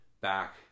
back